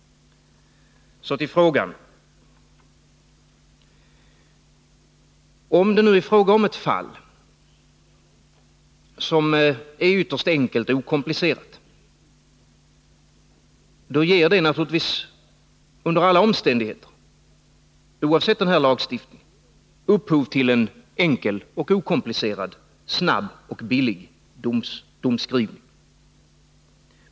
Så till frågan. Om det är fråga om ett fall som är ytterst enkelt och okomplicerat, ger det naturligtvis under alla omständigheter och oavsett den här lagstiftningen upphov till en enkel och okomplicerad, snabb och billig domskrivning.